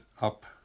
up